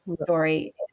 story